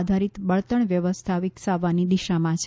આધારિત બળતણ વ્યવસ્થા વિકસાવવાની દિશામાં છે